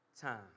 time